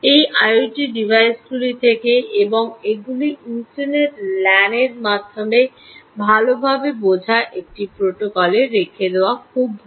এই আইওটি ডিভাইসগুলি থেকে এবং এগুলি ইন্টারনেট ল্যানের মাধ্যমে ভালভাবে বোঝা একটি প্রোটোকল এ রেখে দেওয়া খুব ভাল